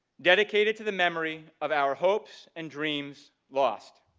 dedicated to the memory of our hopes and dreams lost